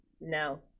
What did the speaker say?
No